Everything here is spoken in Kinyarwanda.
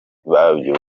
babyo